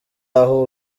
aho